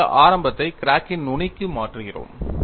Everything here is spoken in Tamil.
இப்போது இந்த ஆரம்பத்தை கிராக்கின் நுனிக்கு மாற்றுகிறோம்